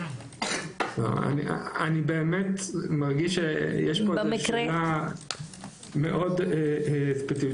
אני באמת מרגיש שיש פה איזו שאלה מאוד ספציפית.